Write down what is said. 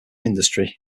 industry